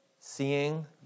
seeing